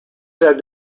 said